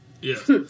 Yes